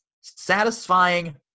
satisfying